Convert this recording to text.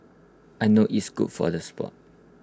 I know it's good for the Sport